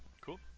cool